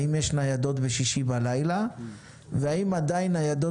האם יש ניידות בשישי בלילה והאם ניידות